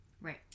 Right